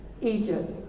Egypt